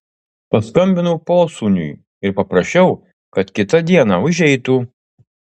paskambinau posūniui ir paprašiau kad kitą dieną užeitų